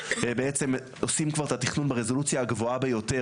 בעצם עושים כבר את התכנון ברזולוציה הגבוהה ביותר